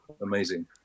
amazing